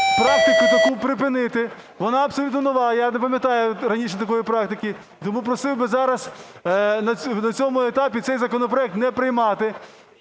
практику таку припинити, вона абсолютно нова, я не пам'ятаю раніше такої практики, і тому просив би зараз, на цьому етапі цей законопроект не приймати.